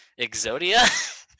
Exodia